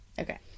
okay